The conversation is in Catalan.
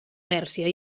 pèrsia